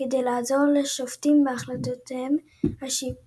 כדי לעזור לשופטים בהחלטותיהם השיפוטיות.